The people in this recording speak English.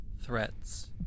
threats